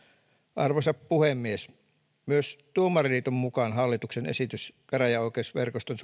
arvoisa puhemies myöskään tuomariliiton mukaan hallituksen esitys käräjäoikeusverkoston